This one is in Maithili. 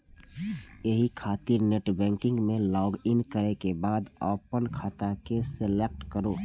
एहि खातिर नेटबैंकिग मे लॉगइन करै के बाद अपन खाता के सेलेक्ट करू